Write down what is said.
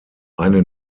eine